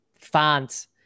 fans